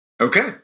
Okay